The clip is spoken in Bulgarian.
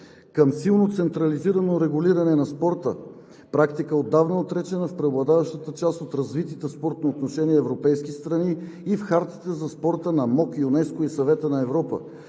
към силно централизирано регулиране на спорта – практика отдавна отречена в преобладаващата част от развитите в спортно отношение европейски страни и в хартите за спорта на МОК, ЮНЕСКО и Съвета на Европа.